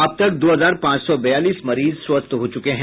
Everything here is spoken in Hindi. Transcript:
अब तक दो हजार पांच सौ बयालीस मरीज स्वस्थ हो चुके हैं